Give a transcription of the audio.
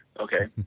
okay?